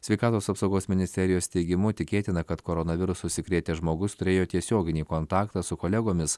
sveikatos apsaugos ministerijos teigimu tikėtina kad koronavirusu užsikrėtęs žmogus turėjo tiesioginį kontaktą su kolegomis